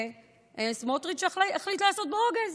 סמוטריץ' החליט לעשות ברוגז,